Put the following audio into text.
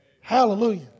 Hallelujah